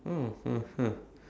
oh